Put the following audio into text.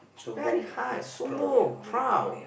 very hard sombong proud